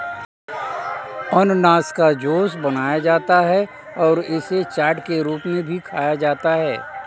अनन्नास का जूस बनाया जाता है और इसे चाट के रूप में भी खाया जाता है